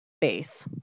Base